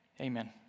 Amen